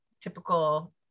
typical